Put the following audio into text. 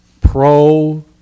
pro